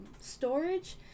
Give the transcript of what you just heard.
storage